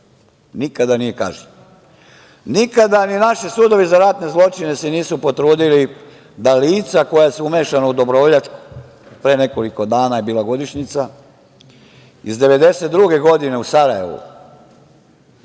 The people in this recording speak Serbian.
nikada nije kažnjen. Nikada ni naši sudovi za ratne zločine se nisu potrudili da lica koja su umešana u Dobrovoljačku, pre nekoliko dana je bila godišnjica, iz 1992. godine u Sarajevu,